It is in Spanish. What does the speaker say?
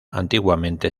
antiguamente